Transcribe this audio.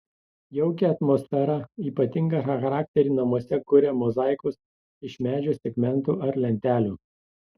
jaukią atmosferą ypatingą charakterį namuose kuria mozaikos iš medžio segmentų ar lentelių